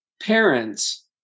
parents